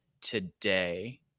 today